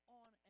on